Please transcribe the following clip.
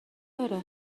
داره